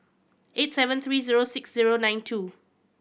eight seven three zero six zero nine two